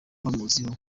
bamuziho